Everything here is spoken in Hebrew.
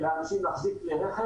שלאנשים לא כדאי יהיה להחזיק כלי רכב,